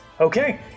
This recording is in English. Okay